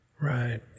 Right